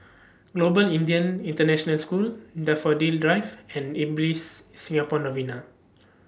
Global Indian International School Daffodil Drive and Ibis Singapore Novena